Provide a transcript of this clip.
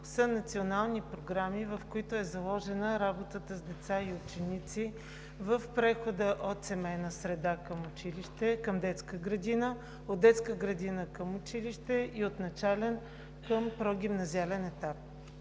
са национални програми, в които е заложена работата с деца и ученици в прехода от семейна среда към училище, към детска градина, от детска градина към училище и от начален към прогимназиален етап.